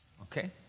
Okay